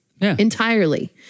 entirely